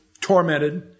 tormented